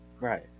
Right